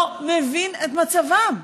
לא מבין את מצבם.